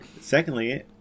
Secondly